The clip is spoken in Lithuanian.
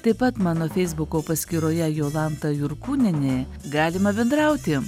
taip pat mano feisbuko paskyroje jolanta jurkūnienė galima bendrauti